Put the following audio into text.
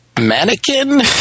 mannequin